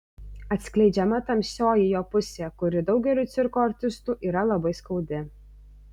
atskleidžiama tamsioji jo pusė kuri daugeliui cirko artistų yra labai skaudi